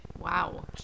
Wow